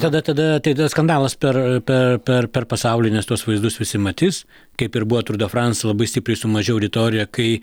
tada tada tai tada skandalas per per per per pasaulines tuos vaizdus visi matys kaip ir buvo tur de frans labai stipriai sumažėjo auditorija kai